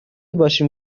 باشیم